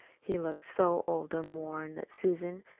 he looked so old and worn that susan,